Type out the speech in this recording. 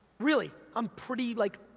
really, i'm pretty like,